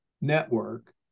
Network